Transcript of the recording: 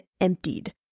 emptied